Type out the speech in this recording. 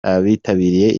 abitabiriye